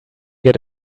get